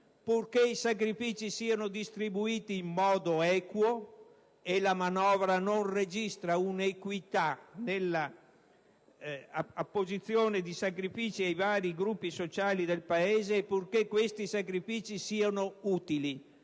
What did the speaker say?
purché siano distribuiti in modo equo: la manovra non registra un'equità di opposizione di sacrifici ai vari gruppi sociali del Paese. E purché questi sacrifici siano utili: